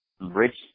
rich